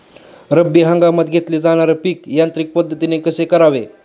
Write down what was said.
रब्बी हंगामात घेतले जाणारे पीक यांत्रिक पद्धतीने कसे करावे?